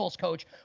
coach